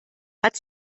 hat